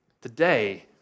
today